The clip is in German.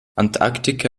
antarktika